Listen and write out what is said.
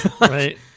right